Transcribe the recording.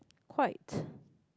quite